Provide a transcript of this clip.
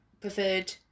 preferred